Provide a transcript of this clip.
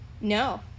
No